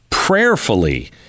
prayerfully